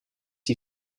die